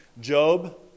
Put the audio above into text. Job